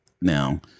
Now